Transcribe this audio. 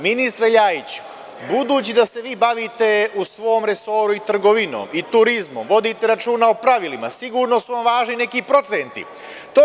Ministre Ljajiću, budući da se vi bavite u svom resoru i trgovinom i turizmom, vodite računa o pravilima, sigurno su vam važni neki proceniti.